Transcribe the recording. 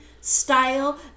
style